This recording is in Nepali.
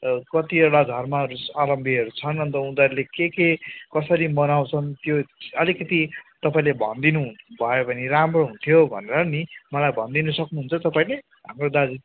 कतिवटा धर्महरू अवलम्बीहरू छन् अन्त उनीहरूले के के कसरी मनाउँछन् त्यो अलिकिति तपाईँले भनिदिनु भयो भने राम्रो हुन्थ्यो भनेर नि मलाई भनिदिनु सक्नुहुन्छ तपाईँले हाम्रो दार्जी